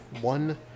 one